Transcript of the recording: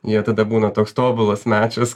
jie tada būna toks tobulas mečas